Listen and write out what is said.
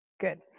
good